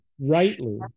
rightly